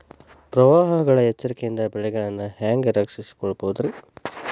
ಪ್ರವಾಹಗಳ ಎಚ್ಚರಿಕೆಯಿಂದ ಬೆಳೆಗಳನ್ನ ಹ್ಯಾಂಗ ರಕ್ಷಿಸಿಕೊಳ್ಳಬಹುದುರೇ?